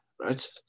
right